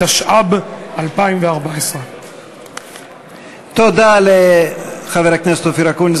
התשע"ב 2012. תודה לחבר הכנסת אופיר אקוניס,